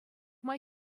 май